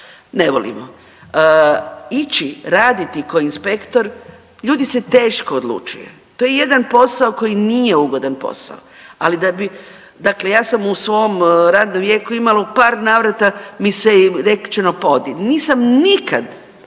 ne volimo. Ići raditi kao inspektor ljudi se teško odlučuju. To je jedan posao koji nije ugodan posao, ali da bi, dakle ja sam u svom radnom vijeku imala u par navrata mi je rečeno pa odi. Nisam nikad,